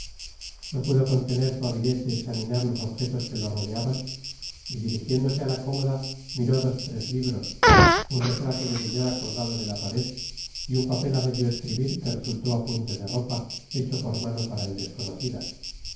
no pudo contener su avidez de examinar los objetos que le rodeaban y dirigiéndose a la cómoda miró dos o tres libros un retrato de señora colgado de la pared y un papel a medio escribir que resultó apunte de ropa hecho por mano para él desconocida